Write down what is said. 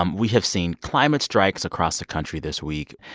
um we have seen climate strikes across the country this week.